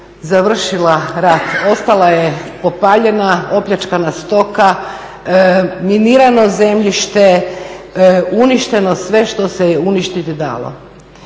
završila rat. Ostala je popaljena, opljačkana stoka, minirano zemljište, uništeno sve što se uništiti dalo.